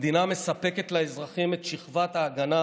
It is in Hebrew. המדינה מספקת לאזרחים את שכבת ההגנה